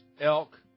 elk